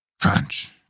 crunch